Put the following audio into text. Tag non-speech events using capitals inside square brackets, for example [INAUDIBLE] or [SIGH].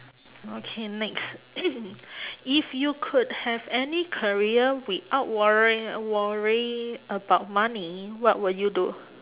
okay next [NOISE] if you could have any career without worrying worry about money what would you do